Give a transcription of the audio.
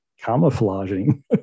camouflaging